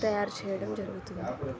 తయారు చేయడం జరుగుతుంది